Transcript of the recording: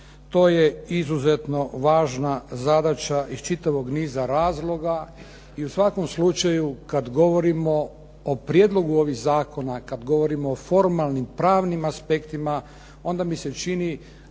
To je izuzetno važna zadaća iz čitavog niza razloga i u svakom slučaju kad govorimo o prijedlogu ovih zakona, kad govorimo o formalnim, pravnim aspektima onda mi se čini